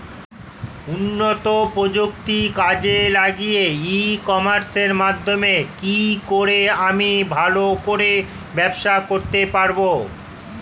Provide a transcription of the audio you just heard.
উন্নত প্রযুক্তি কাজে লাগিয়ে ই কমার্সের মাধ্যমে কি করে আমি ভালো করে ব্যবসা করতে পারব?